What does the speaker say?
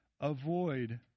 avoid